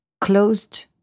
closed